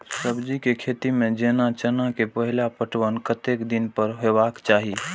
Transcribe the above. सब्जी के खेती में जेना चना के पहिले पटवन कतेक दिन पर हेबाक चाही?